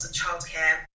childcare